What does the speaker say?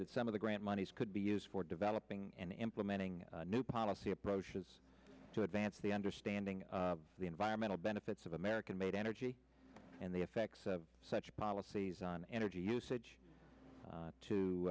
that some of the grant monies could be used for developing and implementing new policy approaches to advance the understanding the environmental benefits of american made energy and the effects of such policies on energy usage